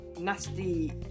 nasty